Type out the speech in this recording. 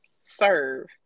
Serve